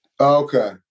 okay